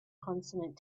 consonant